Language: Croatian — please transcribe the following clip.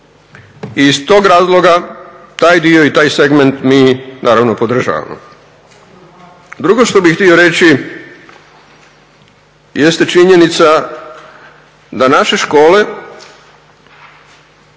I iz tog razloga taj dio i taj segment mi naravno podržavamo. Drugo što bih htio reći jeste činjenica da naše škole,